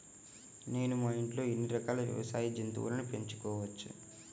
నేను మా ఇంట్లో ఎన్ని రకాల వ్యవసాయ జంతువులను పెంచుకోవచ్చు?